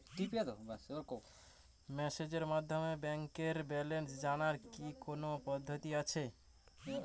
মেসেজের মাধ্যমে ব্যাংকের ব্যালেন্স জানার কি কোন পদ্ধতি আছে?